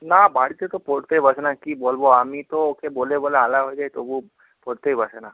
না বাড়িতে তো পড়তেই বসে না কী বলব আমি তো ওকে বলে বলে আলা হয়ে যাই তবুও পড়তেই বসে না